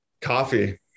coffee